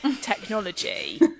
technology